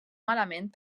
malament